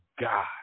God